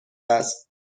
است